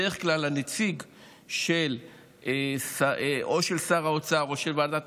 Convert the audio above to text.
בדרך כלל הנציג של שר האוצר או של ועדת